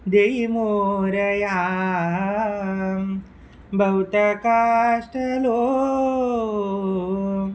देई मोरया बहुत काश्ट लो